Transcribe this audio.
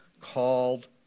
called